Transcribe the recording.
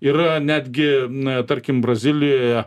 yra netgi na tarkim brazilijoje